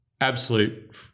absolute